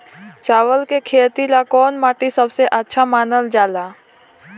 चावल के खेती ला कौन माटी सबसे अच्छा मानल जला?